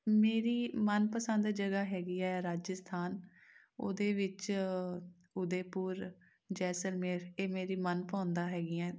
ਮੇਰੀ ਮਨਪਸੰਦ ਜਗ੍ਹਾ ਹੈਗੀ ਹੈ ਰਾਜਸਥਾਨ ਉਹਦੇ ਵਿੱਚ ਉਦੈਪੁਰ ਜੈਸਲਮੇਰ ਇਹ ਮੇਰੀ ਮਨ ਭਉਂਦਾ ਹੈਗੀਆਂ